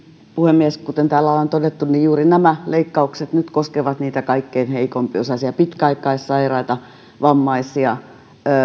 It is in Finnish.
puhemies kuten täällä ollaan todettu juuri nämä leikkaukset nyt koskevat niitä kaikkein heikompiosaisia pitkäaikaissairaita vammaisia